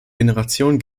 generationen